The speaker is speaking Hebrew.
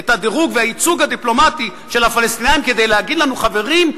את הדירוג והייצוג הדיפלומטי של הפלסטינים כדי להגיד לנו: חברים,